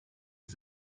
his